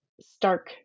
stark